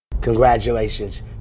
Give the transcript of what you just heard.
Congratulations